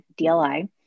DLI